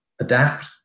adapt